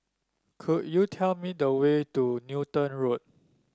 could you tell me the way to Newton Road